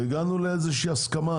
והגענו לאיזושהי הסכמה,